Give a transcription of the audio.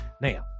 now